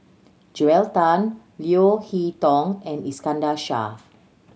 Joel Tan Leo Hee Tong and Iskandar Shah